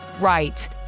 right